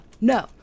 no